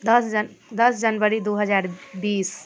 दस जन दस जनवरी दुइ हजार बीस